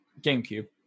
GameCube